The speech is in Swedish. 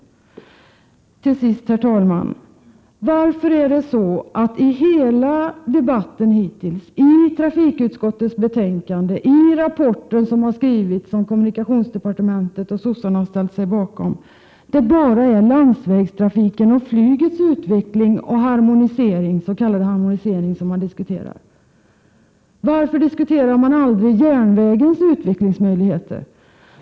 Till sist, herr talman! I debatten hittills, i trafikutskottets betänkande och i rapporten som kommunikationsdepartementet och socialdemokraterna har ställt sig bakom är det bara landsvägstrafikens och flygets utveckling och den s.k. harmoniseringen som har diskuterats. Varför diskuterar man aldrig järnvägens utvecklingsmöjligheter?